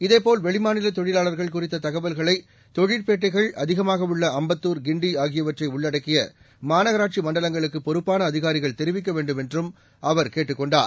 இதேபோல் வெளிமாநிலத் தொழிலாளர்கள் குறித்த தகவல்களை தொழிற்பேட்டைகள் அதிகமாக உள்ள அம்பத்தூர் கிண்டி ஆகியவற்றை உள்ளடக்கிய மாநகராட்சி மண்டலங்களுக்கு பொறுப்பான அதிகாரிகள் தெரிவிக்க வேண்டும் என்றும் அவர் கேட்டுக் கொண்டார்